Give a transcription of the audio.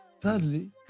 Thirdly